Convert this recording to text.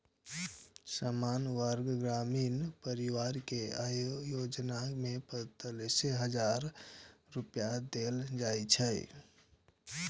सामान्य वर्गक ग्रामीण परिवार कें अय योजना मे पैंतालिस हजार रुपैया देल जाइ छै